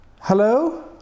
hello